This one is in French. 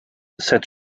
cette